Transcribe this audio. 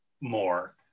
more